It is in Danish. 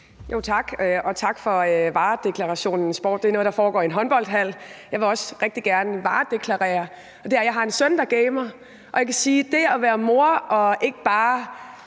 Tak, og tak for varedeklarationen for sport: Det er noget, der foregår i en håndboldhal. Jeg vil også rigtig gerne varedeklarere. Jeg har en søn, der gamer, og jeg kan sige, at det at være mor og ikke bare